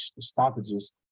stoppages